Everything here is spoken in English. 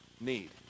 need